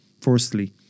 Firstly